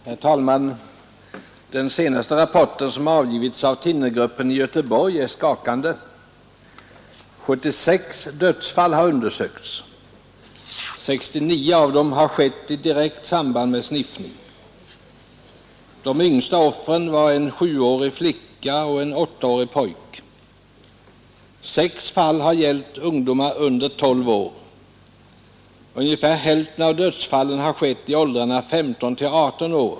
Herr talman! Den senaste rapporten som avgivits av thinnergruppen i Göteborg är skakande. 76 dödsfall har undersökts. 69 av dem har skett i direkt samband med sniffning. De yngsta offren var en 7-årig flicka och en 8-årig pojke. Sex fall har gällt ungdomar under 12 år. Ungefär hälften av dödsfallen har skett i åldrarna 15—18 år.